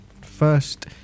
first